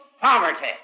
poverty